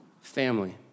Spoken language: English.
family